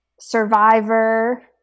Survivor